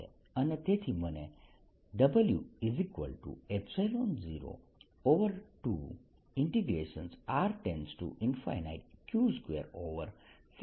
અને તેથી મને W02RQ216202r4